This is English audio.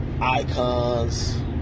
icons